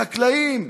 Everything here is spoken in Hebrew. החקלאים,